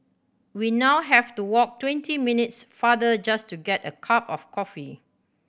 we now have to walk twenty minutes farther just to get a cup of coffee